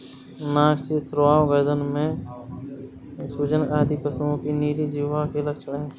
नाक से स्राव, गर्दन में सूजन आदि पशुओं में नीली जिह्वा के लक्षण हैं